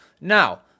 Now